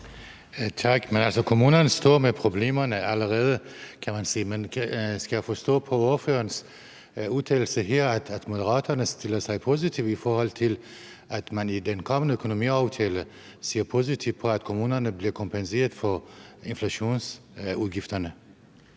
Tak. Kommunerne står allerede med problemerne, kan man sige. Men skal jeg forstå på ordførerens udtalelser her, at Moderaterne stiller sig positivt, i forhold til at man i den kommende økonomiaftale ser positivt på, at kommunerne bliver kompenseret for inflationsudgifterne?